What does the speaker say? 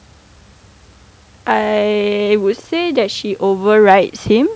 I would say that she overrides him